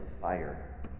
fire